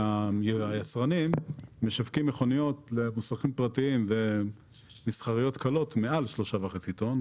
היצרנים משווקים מכוניות למוסכים פרטיים ומסחריות קלות מעל 3.5 טון.